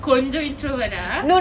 கொஞ்சம்:konjam introvert ah